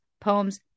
poems